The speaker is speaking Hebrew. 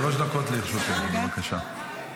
שלוש דקות לרשותך, בבקשה.